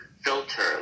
filter